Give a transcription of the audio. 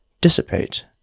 dissipate